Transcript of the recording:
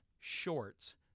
shorts